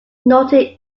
snorted